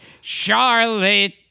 Charlotte